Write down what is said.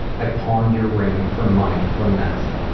i pawned your ring for money for meth.